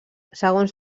segons